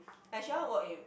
I shouldn't work in